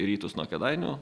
į rytus nuo kėdainių